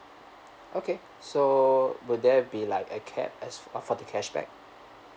okay so will there be like a cap as of for the cashback